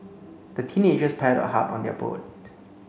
the teenagers paddled hard on their boat